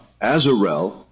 Azarel